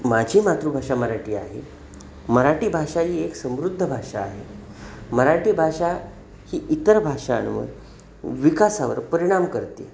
माझी मातृभाषा मराठी आहे मराठी भाषा ही एक समृद्ध भाषा आहे मराठी भाषा ही इतर भाषांवर विकासावर परिणाम करते